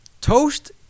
Toast